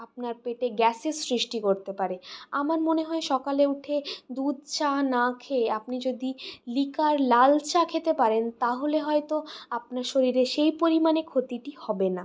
আপনার পেটে গ্যাসের সৃষ্টি করতে পারে আমার মনে হয় সকালে উঠে দুধ চা না খেয়ে আপনি যদি লিকার লাল চা খেতে পারেন তাহলে হয়ত আপনার শরীরে সেই পরিমাণে ক্ষতিটি হবে না